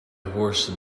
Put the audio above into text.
horse